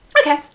Okay